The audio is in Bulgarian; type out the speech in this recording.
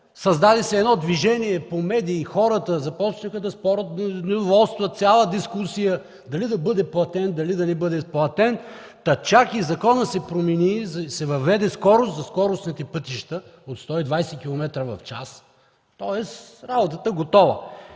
Създаде се едно движение по медии и хората започнаха да спорят, имаше цяла дискусия дали да бъде платен или не, та чак и законът се промени и се въведе скорост за скоростните пътища от 120 км/ч., тоест работата готова.